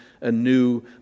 anew